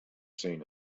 seen